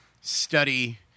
study